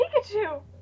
Pikachu